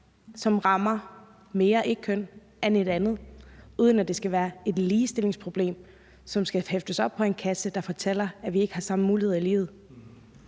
som rammer ét køn mere end et andet, uden at det skal være et ligestillingsproblem, som skal hænges op på en kasse, der fortæller, at vi ikke har samme muligheder i livet?